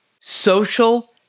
social